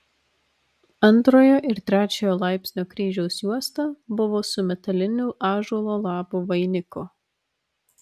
antrojo ir trečiojo laipsnio kryžiaus juosta buvo su metaliniu ąžuolo lapų vainiku